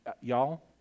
Y'all